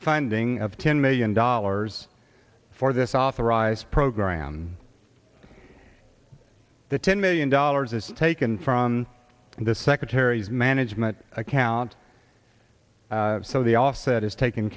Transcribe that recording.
funding of ten million dollars for this authorized program the ten million dollars is taken from the secretary's management account so the offset is tak